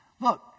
Look